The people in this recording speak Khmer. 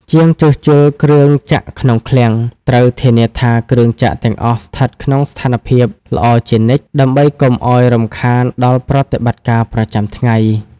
ជាងជួសជុលគ្រឿងចក្រក្នុងឃ្លាំង ត្រូវធានាថាគ្រឿងចក្រទាំងអស់ស្ថិតក្នុងស្ថានភាពល្អជានិច្ច ដើម្បីកុំឱ្យរំខានដល់ប្រតិបត្តិការប្រចាំថ្ងៃ។